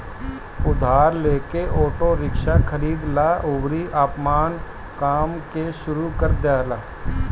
उधार लेके auto rickshaw खरीद लअ अउरी आपन काम के शुरू कर दअ